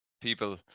people